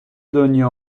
دنیا